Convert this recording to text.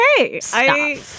okay